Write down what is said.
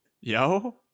Yo